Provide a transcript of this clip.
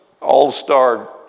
All-Star